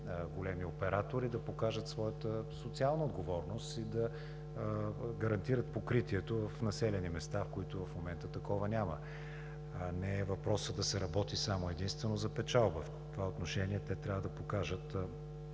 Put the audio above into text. големи оператори да покажат своята социална отговорност и да гарантират покритието в населени места, в които в момента такова няма. Не е въпросът да се работи само и единствено за печалба. В това отношение те трябва да покажат